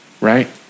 right